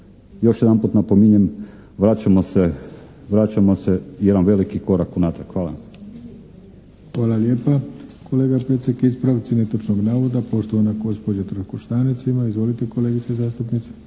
Još jedanput napominjem, vraćamo se jedan veliki korak unatrag. Hvala.